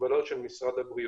המגבלות של משרד הבריאות.